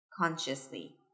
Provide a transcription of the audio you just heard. consciously